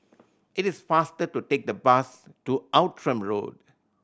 it is faster to take the bus to Outram Road